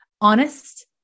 honest